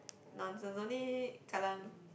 nonsense only kallang